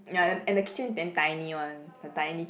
ya and and the kitchen is damn tiny one the tiny